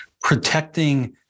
protecting